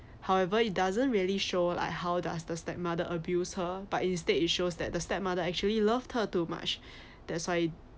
however it doesn't really show like how does the stepmother abuse her but instead it shows that the stepmother actually loved her too much that's why